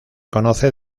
conoce